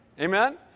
Amen